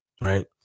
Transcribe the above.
right